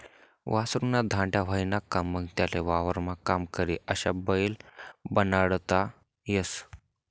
वासरु ना धांड्या व्हयना का मंग त्याले वावरमा काम करी अशा बैल बनाडता येस